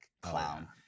clown